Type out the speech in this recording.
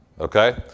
Okay